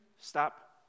stop